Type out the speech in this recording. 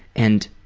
and